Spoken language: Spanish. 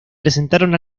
presentaron